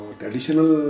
traditional